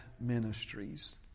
ministries